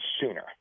sooner